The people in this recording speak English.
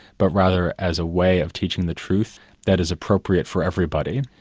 but rather as a way of teaching the truth that is appropriate for everybody.